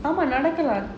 ஆமா நடக்குறா:aamaa nadakura